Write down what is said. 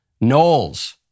Knowles